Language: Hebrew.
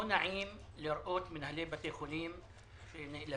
לא נעים לראות מנהלי בתי חולים שנאלצים